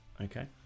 okay